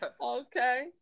Okay